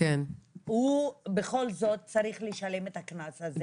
הוא בכל זאת צריך לשלם את הקנס הזה.